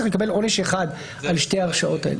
אלא הוא יקבל עונש אחד על שתי ההרשעות האלה.